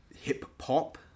hip-hop